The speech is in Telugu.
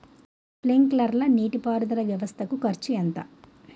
స్ప్రింక్లర్ నీటిపారుదల వ్వవస్థ కు ఖర్చు ఎంత?